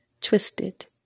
...twisted